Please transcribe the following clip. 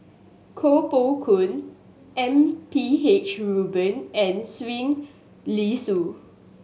Koh Poh Koon M P H Rubin and Li Sui